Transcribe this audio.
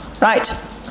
right